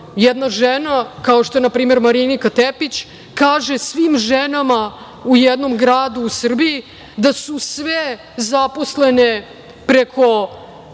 jedna žena, kao što je npr. Marinika Tepić, kaže svim ženama u jednom gradu u Srbiji da su sve zaposlene preko